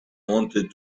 wanted